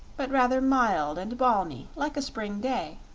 but rather mild and balmy, like a spring day.